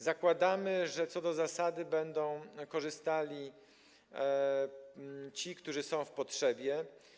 Zakładamy, że co do zasady będą korzystali ci, którzy są w potrzebie.